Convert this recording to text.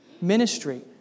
ministry